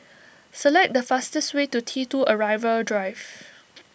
select the fastest way to T two Arrival Drive